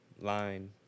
line